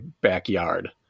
backyard